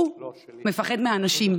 הוא מפחד מאנשים.